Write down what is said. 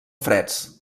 freds